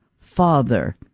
father